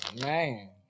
man